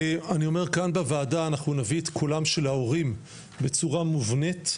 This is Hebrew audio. אני אומר כאן בוועדה אנחנו נביא את שיקולם של ההורים בצורה מובנית,